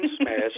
smash